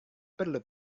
perlu